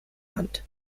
hand